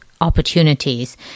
opportunities